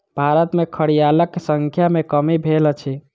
भारत में घड़ियालक संख्या में कमी भेल अछि